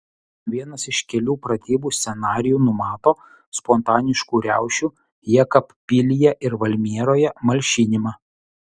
vienas iš kelių pratybų scenarijų numato spontaniškų riaušių jekabpilyje ir valmieroje malšinimą